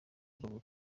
bavuga